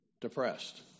Depressed